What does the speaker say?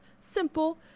simple